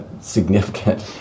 significant